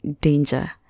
danger